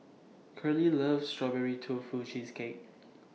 Curley loves Strawberry Tofu Cheesecake